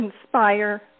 inspire